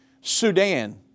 Sudan